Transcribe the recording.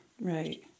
right